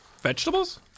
Vegetables